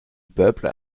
peuple